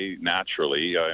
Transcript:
naturally